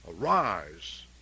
arise